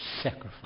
sacrifice